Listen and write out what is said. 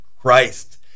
Christ